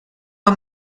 how